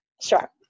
Sure